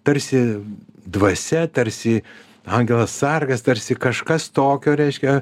tarsi dvasia tarsi angelas sargas tarsi kažkas tokio reiškia